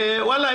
ווואלה,